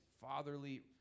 fatherly